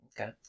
Okay